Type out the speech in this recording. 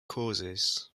causes